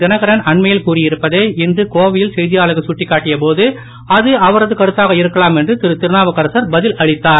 தினகரன் அண்மையில் கூறியிருப்பதை இன்று கோவையில் செய்தியாளர்கள் சுட்டிக்காட்டிய போது அது அவரது கருத்தாக இருக்கலாம் என்று திருதிருநாவுக்கரசர் பதில் அளித்தார்